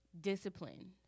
discipline